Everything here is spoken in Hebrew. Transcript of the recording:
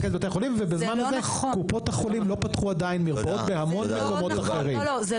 ובזמן הזה קופות החולים עדיין לא פתחו מרפאות בהמון מקומות אחרים.